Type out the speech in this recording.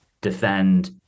defend